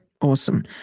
Awesome